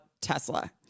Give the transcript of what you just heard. tesla